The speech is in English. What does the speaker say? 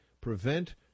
prevent